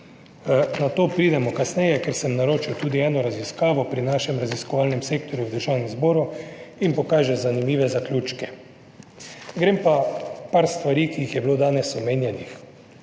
Na to pridemo kasneje, ker sem naročil tudi eno raziskavo pri našem raziskovalnem sektorju v Državnem zboru in pokaže zanimive zaključke. Grem pa par stvari, ki jih je bilo danes omenjenih,